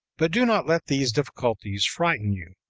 but do not let these difficulties frighten you.